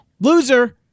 Loser